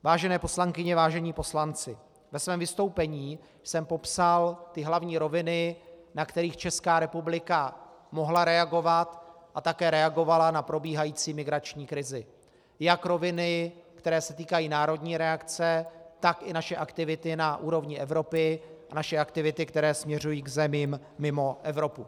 Vážené poslankyně, vážení poslanci, ve svém vystoupení jsem popsal hlavní roviny, na kterých Česká republika mohla reagovat a také reagovala na probíhající migrační krizi, jak roviny, které se týkají národní reakce, tak i naše aktivity na úrovni Evropy, naše aktivity, které směřují k zemím mimo Evropu.